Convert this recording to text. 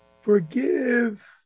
Forgive